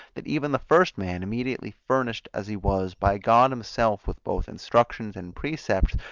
that even the first man, immediately furnished as he was by god himself with both instructions and precepts,